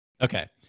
Okay